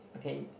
okay